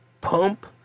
pump